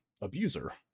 abuser